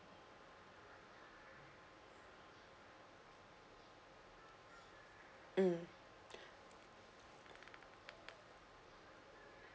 mm